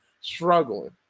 struggling